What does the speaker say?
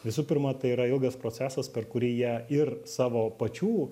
visų pirma tai yra ilgas procesas per kurį jie ir savo pačių